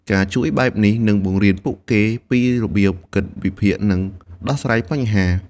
ការជួយបែបនេះនឹងបង្រៀនពួកគេពីរបៀបគិតវិភាគ និងដោះស្រាយបញ្ហា។